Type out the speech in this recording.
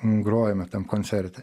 grojome tam koncerte